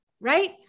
Right